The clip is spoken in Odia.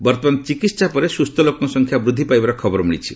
ବର୍ତ୍ତମାନ ଚିକିତ୍ସା ପରେ ସୁସ୍ଥ ଲୋକଙ୍କ ସଂଖ୍ୟା ବୃଦ୍ଧି ପାଇବାର ଖବର ମିଳିଛି